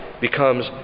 becomes